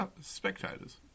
spectators